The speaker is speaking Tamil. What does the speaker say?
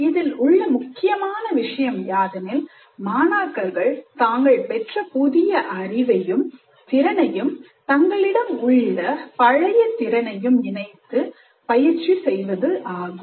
இதில் உள்ள முக்கியமான விஷயம் யாதெனில் மாணாக்கர்கள் தங்கள் பெற்ற புதிய அறிவையும் திறனையும் தங்களிடம் ஏற்கனவே உள்ள பழைய திறனையும் இணைத்து பயிற்சி செய்வது ஆகும்